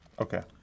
Okay